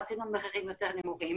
רצינו מחירים יותר נמוכים.